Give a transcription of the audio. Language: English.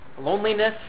loneliness